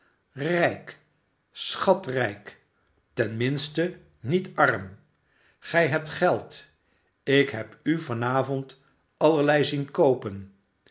srijk schatrijk j ten minste niet arm gij hebt geld ik heb u van avond allerlei zien koopen